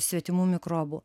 svetimų mikrobų